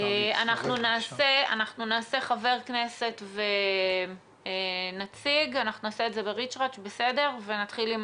אנחנו נעשה חבר כנסת ונציג, נעשה את זה בריץ'-רץ'.